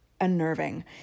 unnerving